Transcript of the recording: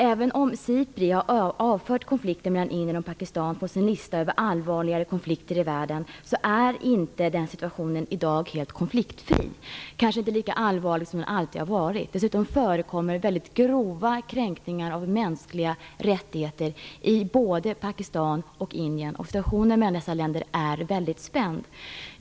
Även om SIPRI har avfört konflikten mellan Indien och Pakistan från sin lista över allvarliga konflikter i världen är inte den situationen i dag helt konfliktfri, men kanske inte lika allvarlig som den alltid har varit. Dessutom förekommer mycket grova kränkningar av mänskliga rättigheter i både Pakistan och Indien. Situationen mellan dessa länder är spänd.